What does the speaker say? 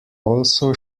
also